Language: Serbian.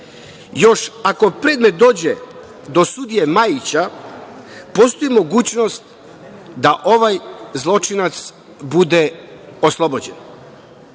Još ako predmet dođe do sudije Majića, postoji mogućnost da ovaj zločinac bude oslobođen. Naime,